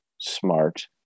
smart